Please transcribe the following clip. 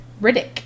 Riddick